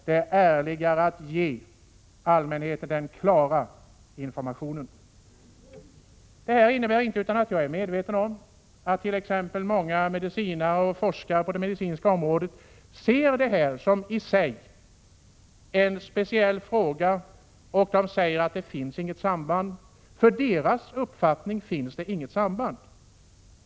Det är ärligare att ge allmänheten information om det. Detta innebär inte att jag är omedveten om att många medicinare och forskare inom det medicinska området ser frågan om hjärnrelaterade dödskriterier som en speciell fråga och att sambandet med transplantationskirurgin enligt deras uppfattning inte finns.